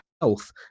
health